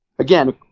Again